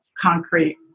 concrete